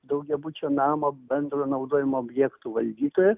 daugiabučio namo bendrojo naudojimo objektų valdytoją